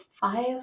five